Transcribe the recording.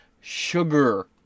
sugar